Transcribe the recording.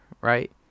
right